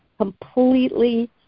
completely